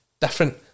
different